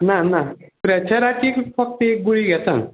ना ना प्रेचराची फक्त एक गुळी घेता